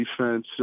defense